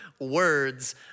words